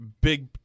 Big